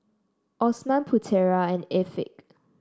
Osman Putera and Afiq